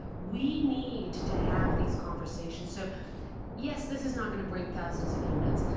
we need to have these conversations. so yes, this is not going to bring thousands of units,